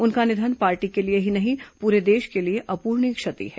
उनका निधन पार्टी के लिए ही नहीं पूरे देश के लिए अप्ररणीय क्षति है